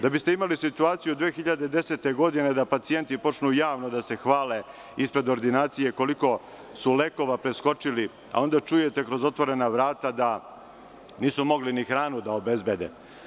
Da biste imali situaciju 2010. godine da pacijenti počnu javno da se hvale ispred ordinacije koliko lekova su preskočili, a onda čujete kroz otvorena vrata da nisu mogli ni hranu da obezbede.